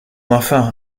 enfant